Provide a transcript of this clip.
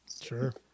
sure